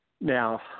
Now